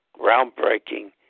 groundbreaking